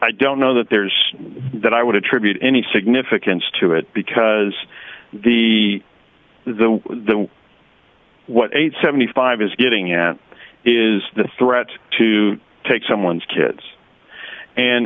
i don't know that there's that i would attribute any significance to it because the the the what eight hundred and seventy five is getting at is the threat to take someone's kids and